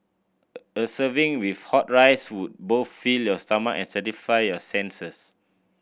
a serving with hot rice would both fill your stomach and satisfy your senses